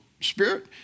Spirit